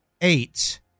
eight